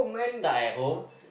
stuck at home